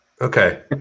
Okay